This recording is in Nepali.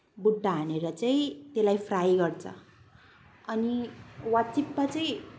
बुट्टा हालेर चाहिँ त्यसलाई फ्राई गर्छन् अनि वाचिप्पा चाहिँ